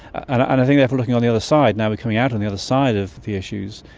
and i and think therefore looking on the other side, now we're coming out on the other side of the issues,